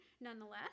nonetheless